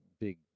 big